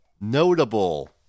notable